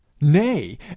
nay